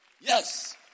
Yes